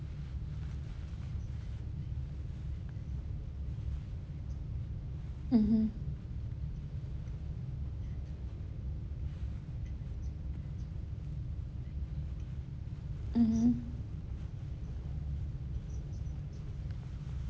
mmhmm mmhmm